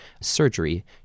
surgery